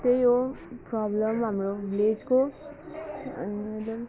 त्यही हो प्रब्लम हाम्रो भिलेजको अनि म्याडम